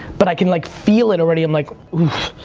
but i can like feel it already, i'm like, ooof.